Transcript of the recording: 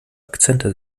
akzente